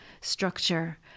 structure